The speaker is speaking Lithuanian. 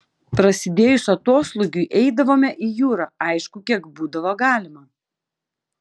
prasidėjus atoslūgiui eidavome į jūrą aišku kiek būdavo galima